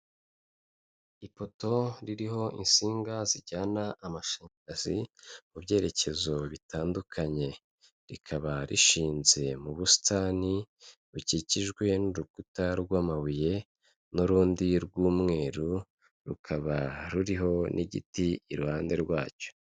Ipoto ririho insinga zijyana amashanyarazi mu byerekezo bitandukanye, rikaba rishinze mu busitani bukikijwe n'urukuta rw'amabuye, n'urundi rw'umweru, rukaba ruriho n'igiti iruhande rwacyo.